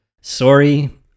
sorry